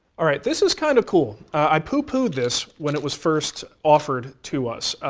all right, this is kind of cool. i poo poo'd this, when it was first offered to us.